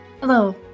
Hello